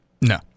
No